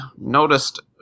noticed